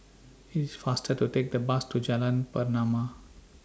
IT IS faster to Take The Bus to Jalan Pernama